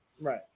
right